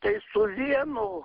tai su vienu